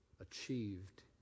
achieved